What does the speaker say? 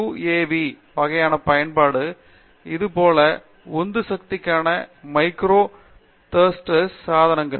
you A V வகையான பயன்பாடு இதேபோல் உந்து சக்திக்கான மைக்ரோ திருஸ்டர்ஸ் சாதனங்கள்